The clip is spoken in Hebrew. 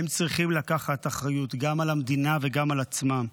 הם צריכים לקחת אחריות גם על המדינה וגם על עצמם.